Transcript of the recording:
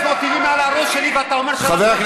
500 טילים מעל הראש שלי, ואתה אומר שאנחנו אשמים?